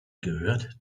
gehört